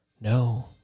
No